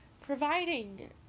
providing